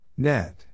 Net